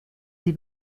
sie